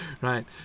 right